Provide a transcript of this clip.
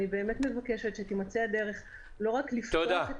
אני באמת מבקשת שתימצא הדרך לא רק לפתוח את